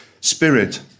spirit